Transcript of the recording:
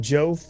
Joe